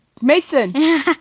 Mason